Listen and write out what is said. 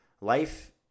life